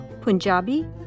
Punjabi